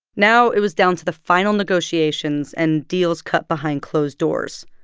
now it was down to the final negotiations and deals cut behind closed doors.